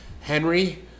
Henry